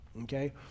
okay